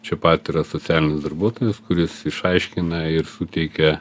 čia pat yra socialinis darbuotojas kuris išaiškina ir suteikia